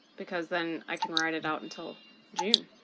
because then i can ride it out until june